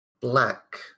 black